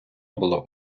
було